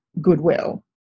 goodwill